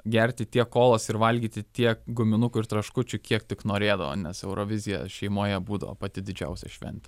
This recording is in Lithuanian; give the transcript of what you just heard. gerti tiek kolos ir valgyti tiek guminukų ir traškučių kiek tik norėdavo nes eurovizija šeimoje būdavo pati didžiausia šventė